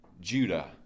Judah